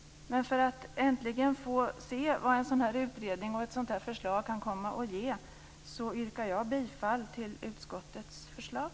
För att äntligen få se vad en utredning och ett sådant här förslag kan komma att ge yrkar jag bifall till utskottets förslag.